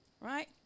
right